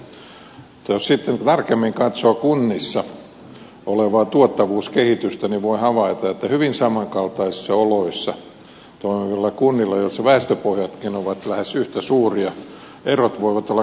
mutta jos sitten tarkemmin katsoo kunnissa olevaa tuottavuuskehitystä voi havaita että hyvin samankaltaisissa oloissa toimivilla kunnilla joissa väestöpohjatkin ovat lähes yhtä suuria erot voivat olla kymmenen prosenttia kustannuksista